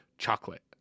Chocolate